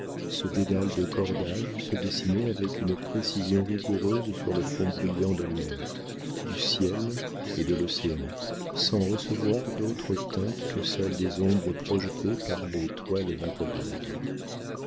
ce dédale de cordages se dessinaient avec une précision rigoureuse sur le fond brillant de l'air du ciel et de l'océan sans recevoir d'autres teintes que celles des ombres projetées par les toiles vaporeuses